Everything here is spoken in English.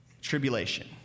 tribulation